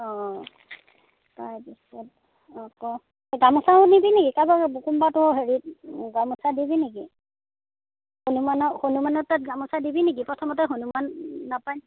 অ' তাৰপিছত আকৌ গামোচাও নিবি নেকি কাবাৰ কোনোবাটো হেৰিত গামোচা দিবি নেকি হনুমানৰ হনুমানৰ তাত গামোচা দিবি নেকি প্ৰথমতে হনুমান নাপায়